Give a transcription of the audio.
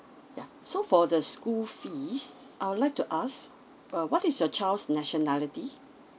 ya so for the school fees I would like to ask uh what is your child's nationality